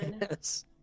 Yes